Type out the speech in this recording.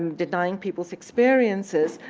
um denying people's experiences,